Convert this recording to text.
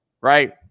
right